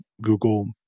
Google